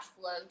flow